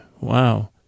Wow